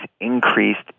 increased